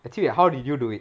actually how did you do it